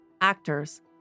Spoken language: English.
actors